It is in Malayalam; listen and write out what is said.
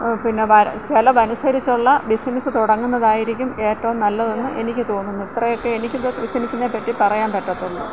പിന്നെ ചിലവനുസരിച്ചു ള്ള ബിസിനസ് തുടങ്ങുന്നതായിരിക്കും ഏറ്റവും നല്ലതെന്ന് എനിക്ക് തോന്നുന്നു ഇത്രയൊക്കെ എനിക്ക് ബിസിനസിനെ പറ്റി പറയാൻ പറ്റത്തുള്ളൂ